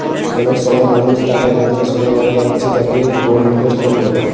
অনেক সময় মানুষ টাকার বদলে সোনা ধারে রাখছে যাকে গোল্ড ইনভেস্টমেন্ট বলে